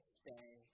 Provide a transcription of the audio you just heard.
stay